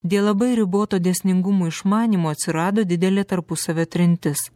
dėl labai riboto dėsningumų išmanymo atsirado didelė tarpusavio trintis